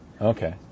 Okay